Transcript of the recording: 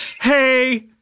Hey